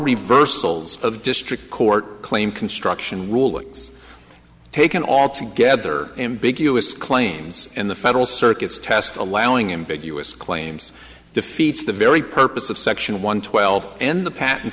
reversals of district court claim construction rulings taken altogether ambiguous claims in the federal circuit's test allowing in big u s claims defeats the very purpose of section one twelve in the pa